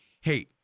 hey